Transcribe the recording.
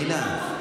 פנינה.